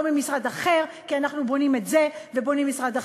ממשרד אחר כי אנחנו בונים את זה ובונים במשרד אחר.